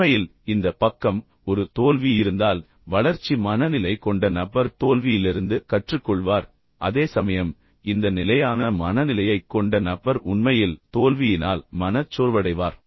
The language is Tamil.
உண்மையில் இந்த பக்கம் ஒரு தோல்வி இருந்தால் வளர்ச்சி மனநிலை கொண்ட நபர் தோல்வியிலிருந்து கற்றுக்கொள்வார் அதேசமயம் இந்த நிலையான மனநிலையைக் கொண்ட நபர் உண்மையில் தோல்வியினால் மனச்சோர்வடைவார்